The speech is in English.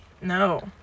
No